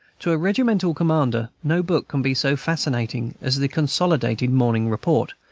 to a regimental commander no book can be so fascinating as the consolidated morning report,